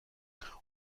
اون